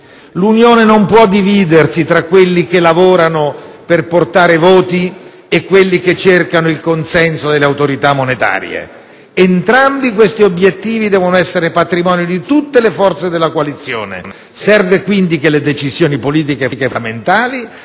L'Unione non può dividersi tra quelli che lavorano per portare voti e quelli che cercano il consenso delle autorità monetarie: entrambi questi obiettivi devono essere patrimonio di tutte le forze della coalizione. Serve quindi che le decisioni politiche fondamentali